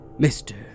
Mr